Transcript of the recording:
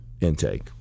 intake